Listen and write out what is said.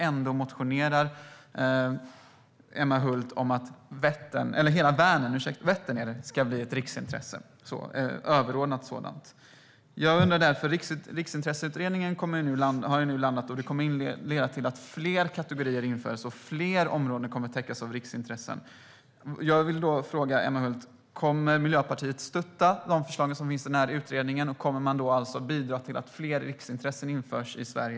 Ändå motionerar Emma Hult om att hela Vättern ska bli ett överordnat riksintresse. Riksintresseutredningen har nu landat, och det kommer att leda till att fler kategorier införs och fler områden kommer att täckas av riksintressen. Kommer Miljöpartiet att stötta förslagen i utredningen, och kommer man att bidra till att fler riksintressen införs i Sverige?